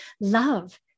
love